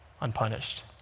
unpunished